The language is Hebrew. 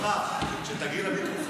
שרפרף, שתגיעי למיקרופון.